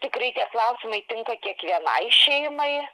tikrai tie klausimai tinka kiekvienai šeimai